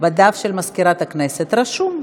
בדף של מזכירת הכנסת רשום.